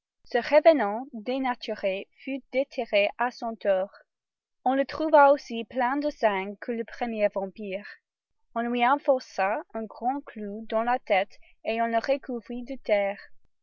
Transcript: ce revenant dénaturé fut déterré à son tour on le trouva aussi plein de sang que le premier vampire on lui enfonça un grand clou dans la tête et on le recouvrit de terre